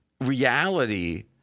Reality